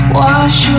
wash